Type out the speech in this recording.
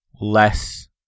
less